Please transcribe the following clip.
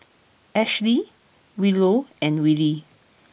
Ashley Willow and Willy